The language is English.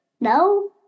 No